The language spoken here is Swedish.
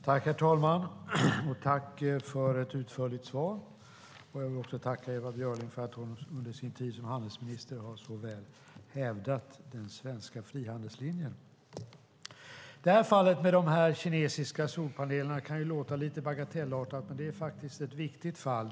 Herr talman! Jag vill tacka Ewa Björling för ett utförligt svar och för att hon under sin tid som handelsminister så väl har hävdat den svenska frihandelslinjen. Fallet med de här kinesiska solpanelerna kan ju låta lite bagatellartat, men det är faktiskt ett viktigt fall.